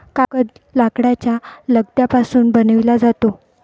कागद लाकडाच्या लगद्यापासून बनविला जातो